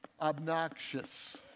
obnoxious